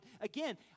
Again